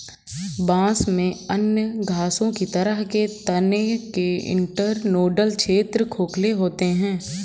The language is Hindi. बांस में अन्य घासों की तरह के तने के इंटरनोडल क्षेत्र खोखले होते हैं